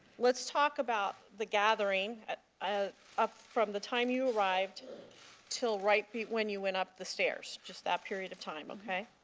let's talk about the gathering. ah ah from the time you arrived until right when you went up the stairs. just that period of time, okay?